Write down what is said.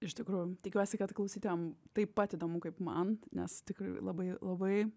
iš tikrųjų tikiuosi kad klausytojam taip pat įdomu kaip man nes tikrai labai labai